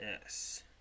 Yes